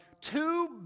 two